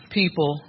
people